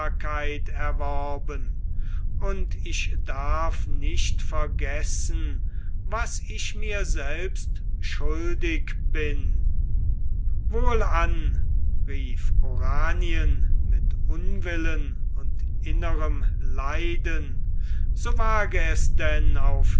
erworben und ich darf nicht vergessen was ich mir selbst schuldig bin wohlan rief oranien mit unwillen und innerem leiden so wage es denn auf